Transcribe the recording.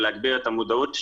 ולהגביר את המודעות שלהם,